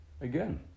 Again